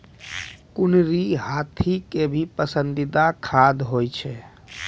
कुनरी हाथी के भी पसंदीदा खाद्य होय छै